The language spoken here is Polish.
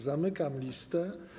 Zamykam listę.